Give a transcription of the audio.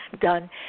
done